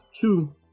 two